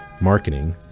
marketing